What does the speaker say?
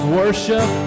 worship